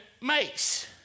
makes